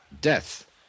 Death